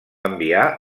enviar